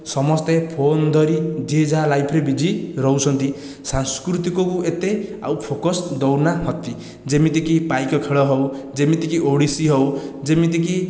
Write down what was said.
ସମସ୍ତେ ଫୋନ ଧରି ଯିଏ ଯାହା ଲାଇଫରେ ବିଜି ରହୁଛନ୍ତି ସାଂସ୍କୃତିକକୁ ଏତେ ଆଉ ଫୋକସ ଦେଉନାହାନ୍ତି ଯେମିତି କି ପାଇକ ଖେଳ ହେଉ ଯେମିତି କି ଓଡ଼ିଶୀ ହେଉ ଯେମିତିକି